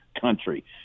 country